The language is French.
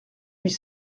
huit